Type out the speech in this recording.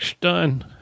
Done